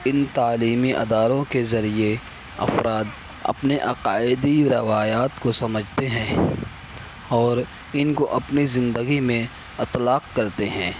ان تعلیمی اداروں کے ذریعے افراد اپنے عقائدی روایات کو سمجھتے ہیں اور ان کو اپنی زندگی میں اطلاق کرتے ہیں